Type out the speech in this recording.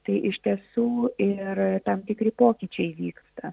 tai iš tiesų ir tam tikri pokyčiai vyksta